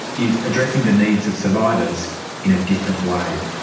is addressing the needs of survivors in a different way,